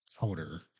powder